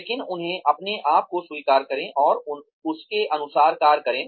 लेकिन उन्हें अपने आप को स्वीकार करें और उसके अनुसार कार्य करें